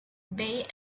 bey